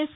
yes